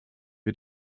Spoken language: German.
wir